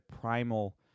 primal